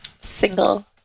Single